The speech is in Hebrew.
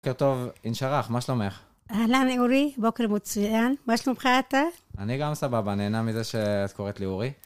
בוקר טוב, אין שרח, מה שלומך? אהלן, אהורי, בוקר מצוין, מה שלומך אתה? אני גם סבבה, נהנה מזה שאת קוראת לי אורי.